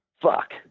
Fuck